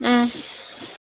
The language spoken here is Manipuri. ꯎꯝ